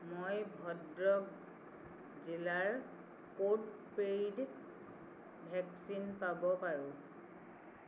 মই ভদ্ৰক জিলাৰ ক'ত পে'ইড ভেকচিন পাব পাৰোঁ